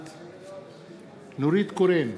בעד נורית קורן,